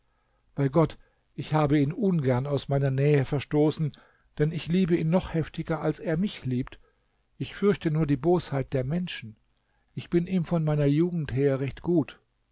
bei gott ich habe ihn ungern aus meiner nähe verstoßen denn ich liebe ihn noch heftiger als er mich liebt ich fürchte nur die bosheit der menschen ich bin ihm von meiner jugend her recht gut